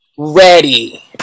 ready